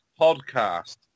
podcast